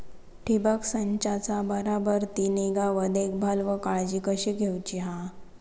ठिबक संचाचा बराबर ती निगा व देखभाल व काळजी कशी घेऊची हा?